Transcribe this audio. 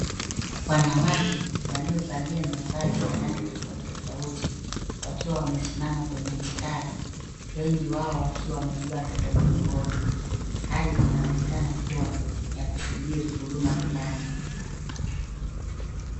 Wanawake waliovalia mavazi ya rangi tofauti tofauti wakiwa wamesimama kwenye mistari, wengi wao wakiwa wamebeba watoto mgongoni. Hali inaonekana kuwa ya kusubiri huduma fulani.